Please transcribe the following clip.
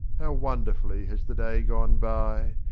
how wonderfully has the day gone by!